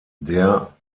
der